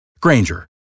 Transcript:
Granger